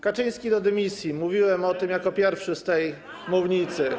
Kaczyński do dymisji, mówiłem o tym jako pierwszy z tej mównicy.